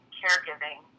caregiving